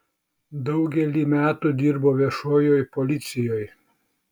daugelį metų dirbo viešojoj milicijoj